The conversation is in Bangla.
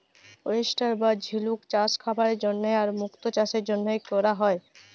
ওয়েস্টার বা ঝিলুক চাস খাবারের জন্হে আর মুক্ত চাসের জনহে ক্যরা হ্যয়ে